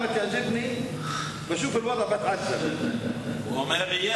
להלן תרגומם לעברית: אנחנו שומעים את דברי החייל הזה ורואים שהמצב